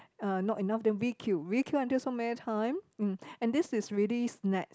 uh not enough then requeue requeue until so many time mm and this really snacks